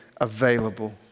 available